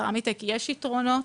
לרמיטק יש יתרונות.